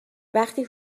وقتی